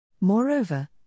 Moreover